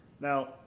Now